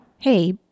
Hey